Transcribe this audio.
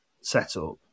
setup